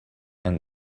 and